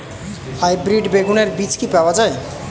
Hybrid বেগুনের বীজ কি পাওয়া য়ায়?